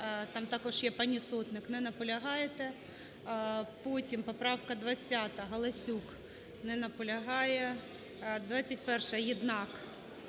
там також є пані Сотник. Не наполягаєте. Потім поправка 20-а, Галасюк. Не наполягає. 21-а, Єднак.